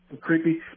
creepy